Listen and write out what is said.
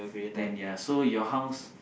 then ya so your house